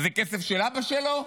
מה זה, כסף של אבא שלו?